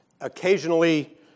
Occasionally